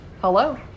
Hello